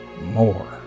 more